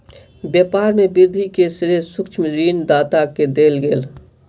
व्यापार में वृद्धि के श्रेय सूक्ष्म ऋण दाता के देल गेल